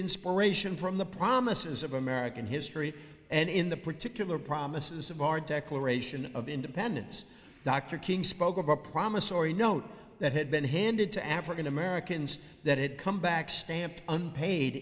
inspiration from the promises of american history and in the particular promises of our declaration of independence dr king spoke of a promissory note that had been handed to african americans that it come back stamped unpaid